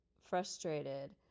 frustrated